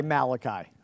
Malachi